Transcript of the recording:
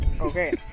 okay